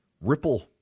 ripple